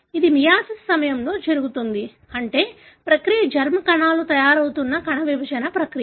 ఇది మియోసిస్ సమయంలో జరుగుతుంది అంటే ప్రక్రియ జెర్మ్ కణాలు తయారవు తున్న కణ విభజన ప్రక్రియ